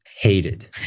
hated